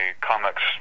comics